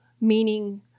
meaning